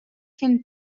can